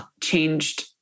changed